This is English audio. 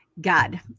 God